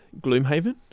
Gloomhaven